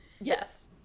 Yes